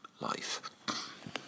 life